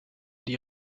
die